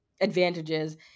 advantages